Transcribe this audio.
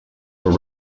were